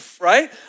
right